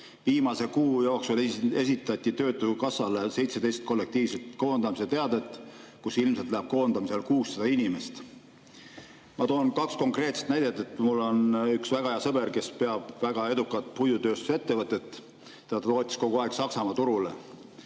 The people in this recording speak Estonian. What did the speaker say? Viimase kuu jooksul esitati töötukassale 17 kollektiivse koondamise teadet, ilmselt läheb koondamisele 600 inimest. Ma toon kaks konkreetset näidet. Mul on üks väga hea sõber, kes peab väga edukat puidutööstusettevõtet. Tema lootis kogu aeg Saksamaa turule.